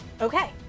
Okay